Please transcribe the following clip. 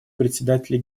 председателя